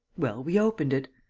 well, we opened it.